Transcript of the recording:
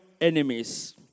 enemies